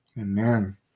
Amen